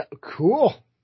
cool